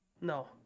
No